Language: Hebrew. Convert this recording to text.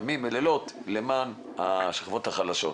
ימים ולילות למען השכבות החלשות.